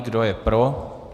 Kdo je pro?